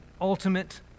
ultimate